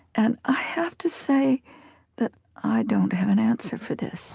and i have to say that i don't have an answer for this